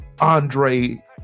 Andre